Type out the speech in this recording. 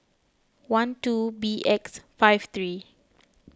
one two B X five three